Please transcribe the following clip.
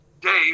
Dave